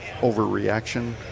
overreaction